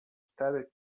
stade